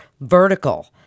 vertical